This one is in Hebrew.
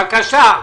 בבקשה.